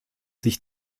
sich